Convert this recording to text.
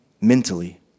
Mentally